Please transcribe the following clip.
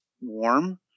warm